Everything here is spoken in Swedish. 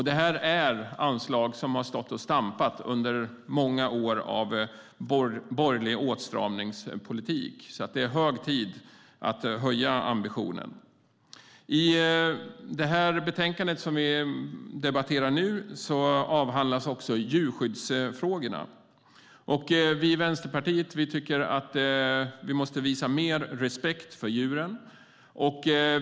Det är anslag som har stått och stampat under många år av borgerlig åtstramningspolitik. Det är därför hög tid att höja ambitionen. I det betänkande vi behandlar avhandlas också djurskyddsfrågorna. Vänsterpartiet tycker att vi måste visa mer respekt för djuren.